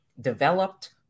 developed